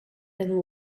and